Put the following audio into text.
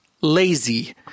lazy